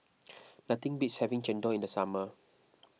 nothing beats having Chendol in the summer